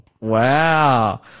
Wow